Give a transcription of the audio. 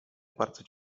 bardzo